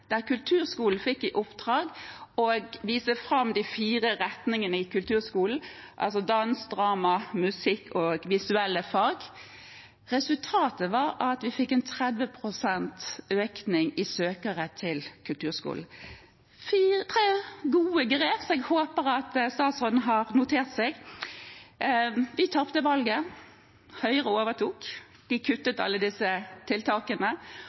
der kulturskolen fikk i oppdrag å vise fram de fire retningene i kulturskolen: dans, drama, musikk og visuelle fag. Resultatet var at vi fikk 30 pst. økning i antall søkere til kulturskolen. Dette er tre gode grep, som jeg håper at statsråden har notert seg. Vi tapte valget. Høyre overtok. De kuttet alle disse tiltakene